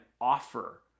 offer